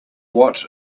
what